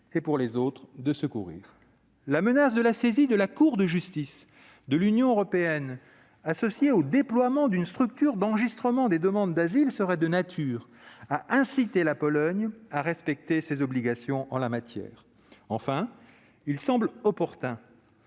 d'informer et de secourir. La menace de saisine de la Cour de justice de l'Union européenne (CJUE) et le déploiement d'une structure d'enregistrement des demandes d'asile seraient de nature à inciter la Pologne à respecter ses obligations en la matière. Enfin, il semble inopportun